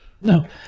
No